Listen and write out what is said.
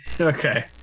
Okay